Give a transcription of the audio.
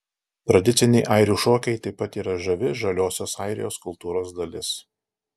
tradiciniai airių šokiai taip pat yra žavi žaliosios airijos kultūros dalis